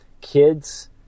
kids